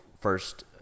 first